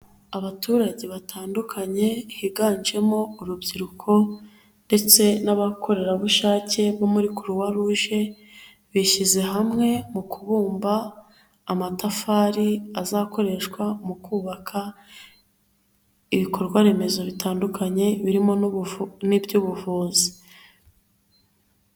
Abaturage batandukanye higanjemo urubyiruko, ndetse n'abakorerabushake bo muri kuruwa ruje, bishyize hamwe mu kubumba amatafari azakoreshwa mu kubaka ibikorwaremezo bitandukanye birimo iby'ubuvuzi.